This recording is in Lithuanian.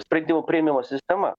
sprendimų priėmimo sistema